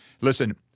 Listen